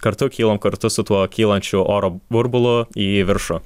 kartu kylam kartu su tuo kylančiu oro burbulu į viršų